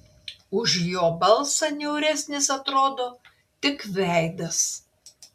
už jo balsą niauresnis atrodo tik veidas